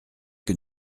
que